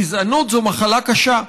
גזענות זו מחלה קשה.